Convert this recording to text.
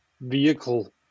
vehicle